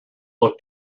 looked